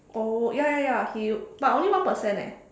oh ya ya ya he but only one percent eh